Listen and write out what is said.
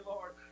Lord